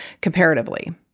comparatively